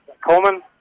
Coleman